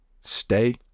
Stay